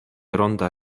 ronda